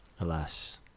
Alas